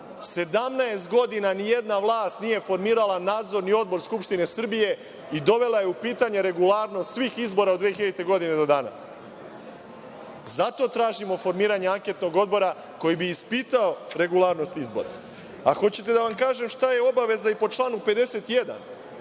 godina ni jedna vlast nije formirala nadzorni odbor Skupštine Srbije i dovela je u pitanje regularnost svih izbora od 2000. godine do danas. Zato tražimo formiranje anketnog odbora koji bi ispitao regularnost izbora. Hoćete li da vam kažem šta je obaveza i po članu 51?